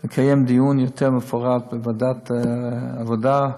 לקיים דיון יותר מפורט בוועדת העבודה,